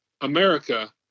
America